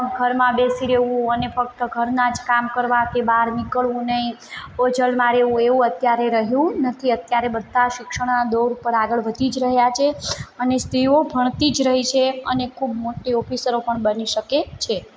ઘરમાં બેસી રહેવું અને ફક્ત ઘરના જ કામ કરવા કે બાર નીકળવું નહીં ઓજલમાં રહેવું એવું અત્યારે રહ્યું નથી અત્યારે બધા શિક્ષણના દોર ઉપર આગળ વધી જ રહ્યા છે અને સ્ત્રીઓ ભણતી જ રહી છે અને ખૂબ મોટી ઓફિસરો પણ બની શકે છે